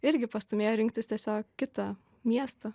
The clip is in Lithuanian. irgi pastūmėjo rinktis tiesiog kitą miestą